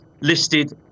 listed